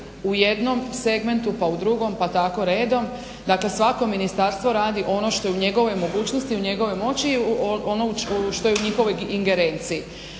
u jednom segmentu pa u drugom pa tako redom. Dakle svako ministarstvo radi ono što je u njegovoj mogućnosti, njegovoj moći i ono što je u njihovoj ingerenciji.